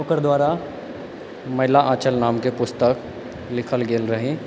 ओकर द्वारा मैला आँचल नामके पुस्तक लिखल गेल रही